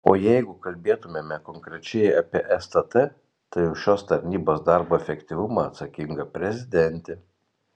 o jeigu kalbėtumėme konkrečiai apie stt tai už šios tarnybos darbo efektyvumą atsakinga prezidentė